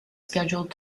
scheduled